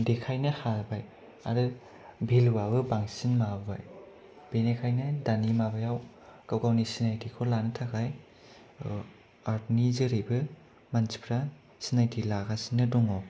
देखायनो हाबाय आरो भेलुआबो बांसिन माबाबाय बेनिखायनो दानि माबायाव गाव गावनि सिनायथिखौ लानो थाखाय आर्टनि जेरैबो मानसिफ्रा सिनायथि लागासिनो दङ'